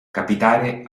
capitare